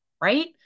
right